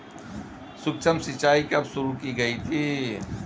सूक्ष्म सिंचाई कब शुरू की गई थी?